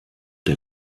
der